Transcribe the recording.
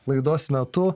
laidos metu